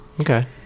Okay